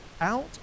out